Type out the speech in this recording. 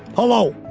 hello,